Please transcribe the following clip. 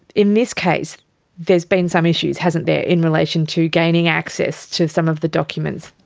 in this case there has been some issues, hasn't there, in relation to gaining access to some of the documents.